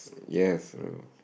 yes bro